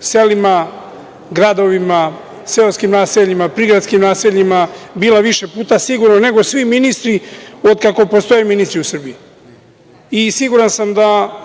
selima, gradovima, seoskim naseljima, prigradskim naseljima bila više puta sigurno nego svi ministri od kako postoje ministri u Srbiji i siguran sam da